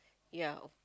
yeah